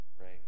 right